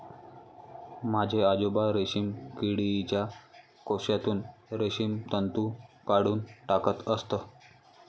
माझे आजोबा रेशीम किडीच्या कोशातून रेशीम तंतू काढून टाकत असत